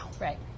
Right